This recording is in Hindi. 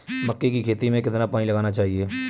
मक्के की खेती में कितना पानी लगाना चाहिए?